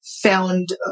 found